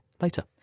later